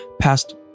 passed